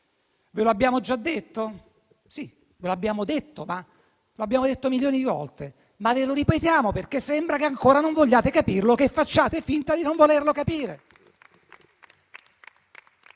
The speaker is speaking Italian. Ve lo abbiamo già detto? Sì, ve l'abbiamo detto, lo abbiamo detto milioni di volte, ma ve lo ripetiamo perché sembra che ancora non vogliate capirlo, che facciate finta di non volerlo capire.